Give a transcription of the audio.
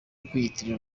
kwiyitirira